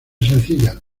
sencilla